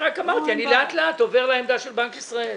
אני רק אמרתי שלאט לאט אני עובר לעמדה של בנק ישראל.